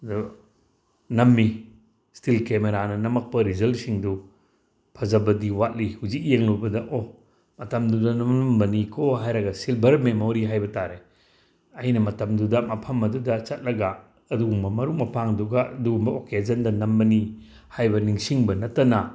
ꯑꯗꯨ ꯅꯝꯃꯤ ꯁ꯭ꯇꯤꯜ ꯀꯦꯃꯦꯔꯥꯅ ꯅꯝꯃꯛꯄ ꯔꯤꯖꯜꯁꯤꯡꯗꯨ ꯐꯖꯕꯗꯤ ꯋꯥꯠꯂꯤ ꯍꯧꯖꯤꯛ ꯌꯦꯡꯂꯨꯕꯗ ꯑꯣ ꯃꯇꯝꯗꯨꯗ ꯅꯝꯂꯝꯕꯅꯤꯀꯣ ꯍꯥꯏꯔꯒ ꯁꯤꯜꯚꯔ ꯃꯦꯃꯣꯔꯤ ꯍꯥꯏꯕꯇꯥꯔꯦ ꯑꯩꯅ ꯃꯇꯝꯗꯨꯗ ꯃꯐꯝ ꯑꯗꯨꯗ ꯆꯠꯂꯒ ꯑꯗꯨꯒꯨꯝꯕ ꯃꯔꯨꯞ ꯃꯄꯥꯡꯗꯨꯒ ꯑꯗꯨꯒꯨꯝꯕ ꯑꯣꯀꯦꯖꯟꯗ ꯅꯝꯕꯅꯤ ꯍꯥꯏꯕ ꯅꯤꯡꯁꯤꯡꯕ ꯅꯠꯇꯅ